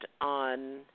on